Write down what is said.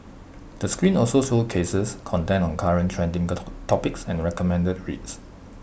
the screen also showcases content on current trending topics and recommended reads